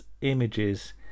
images